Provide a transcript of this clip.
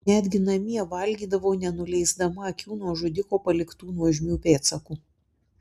netgi namie valgydavo nenuleisdama akių nuo žudiko paliktų nuožmių pėdsakų